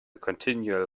continual